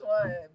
one